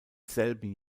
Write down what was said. selben